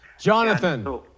jonathan